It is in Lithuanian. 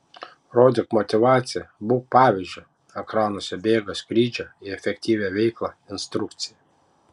rodyk motyvaciją būk pavyzdžiu ekranuose bėga skrydžio į efektyvią veiklą instrukcija